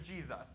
Jesus